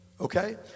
Okay